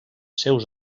seus